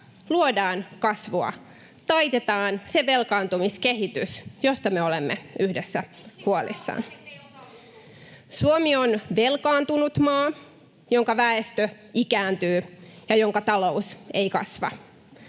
luodaan kasvua, taitetaan se velkaantumiskehitys, josta me olemme yhdessä huolissamme. [Veronika Honkasalon välihuuto] Suomi on velkaantunut maa, jonka väestö ikääntyy ja jonka talous ei kasva.